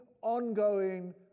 ongoing